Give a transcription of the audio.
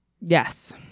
Yes